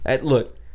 Look